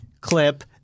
clip